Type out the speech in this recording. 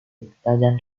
detallan